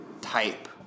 type